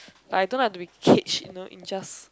I don't like to be caged you know in just